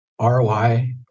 ROI